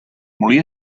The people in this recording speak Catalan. molí